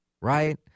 right